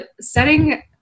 setting